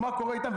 מה קורה איתן,